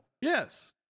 Yes